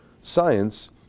science